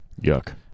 Yuck